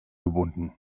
gebunden